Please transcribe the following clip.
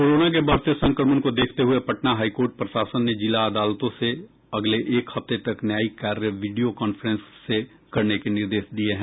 corona के बढ़ते संक्रमण को देखते हुए पटना हाईकोर्ट प्रशासन ने जिला अदालतों से अगले एक हफ्ते तक न्यायिक कार्य वीडियोकांफ्रेंस से करने के निर्देश दिये हैं